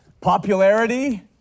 Popularity